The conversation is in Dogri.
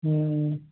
अं